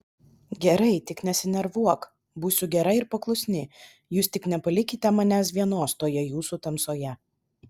gerai tik nesinervuok būsiu gera ir paklusni jūs tik nepalikite manęs vienos toje jūsų tamsoje